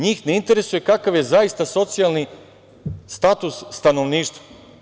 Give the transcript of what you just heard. Njih ne interesuje kakav je zaista socijalni status stanovništva.